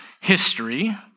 history